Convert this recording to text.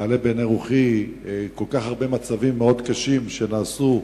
מעלה בעיני רוחי כל כך הרבה דברים מאוד קשים שנעשו,